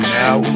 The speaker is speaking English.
now